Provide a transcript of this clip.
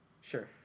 Sure